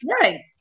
Right